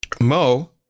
mo